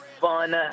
fun